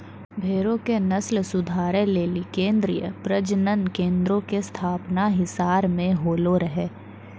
भेड़ो के नस्ल सुधारै लेली केन्द्रीय प्रजनन केन्द्रो के स्थापना हिसार मे होलो रहै